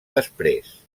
després